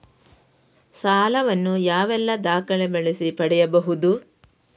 ಸಾಲ ವನ್ನು ಯಾವೆಲ್ಲ ದಾಖಲೆ ಬಳಸಿ ಪಡೆಯಬಹುದು?